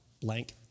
Blank